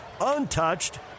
untouched